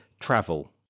travel